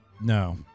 No